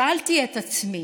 שאלתי את עצמי: